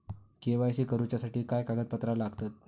KYC करूच्यासाठी काय कागदपत्रा लागतत?